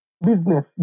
business